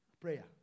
Prayer